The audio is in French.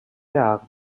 hard